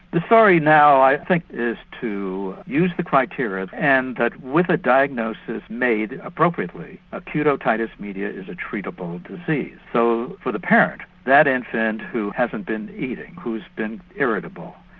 the story now i think is to use the criteria and that with a diagnosis made appropriately. acute otitis media is a treatable disease so for the parent that infant who hasn't been eating, who's been irritable,